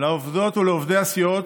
לעובדות ולעובדי הסיעות,